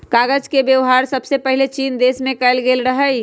कागज के वेबहार सबसे पहिले चीन देश में कएल गेल रहइ